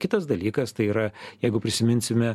kitas dalykas tai yra jeigu prisiminsime